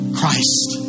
Christ